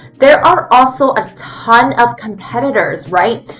there are also a ton of competitors, right?